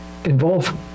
Involve